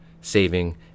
saving